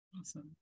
Awesome